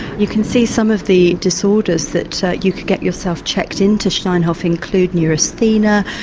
you can see some of the disorders that you could get yourself checked in to steinhof include neurasthenia,